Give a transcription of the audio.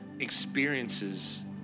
Experiences